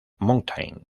mountain